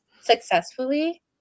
Successfully